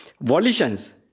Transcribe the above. volitions